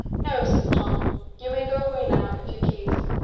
no, says tom you may go away now, if you please,